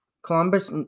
Columbus